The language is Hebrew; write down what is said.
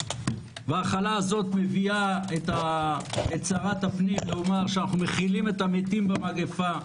והיא מביאה את שרת הפנים לומר שאנחנו מכילים את המתים במגפה,